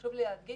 חשוב לי להדגיש,